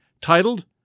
titled